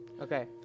Okay